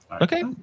okay